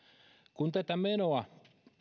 kun tätä menoa